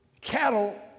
Cattle